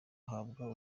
ahabwa